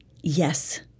yes